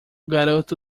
garoto